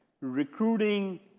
recruiting